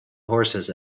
horses